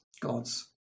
God's